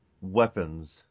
weapons